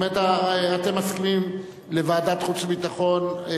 זאת אומרת, אתם מסכימים לוועדת החוץ והביטחון.